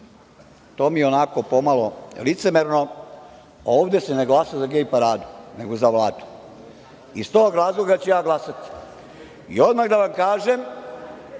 To mi je onako pomalo licemerno. Ovde se ne glasa za gej paradu, nego za Vladu i iz tog razloga ću ja glasati. Odmah da vam kažem,